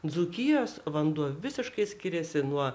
dzūkijos vanduo visiškai skiriasi nuo